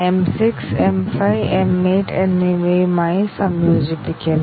M 6 M 5 M 8 എന്നിവയുമായി സംയോജിപ്പിക്കുന്നു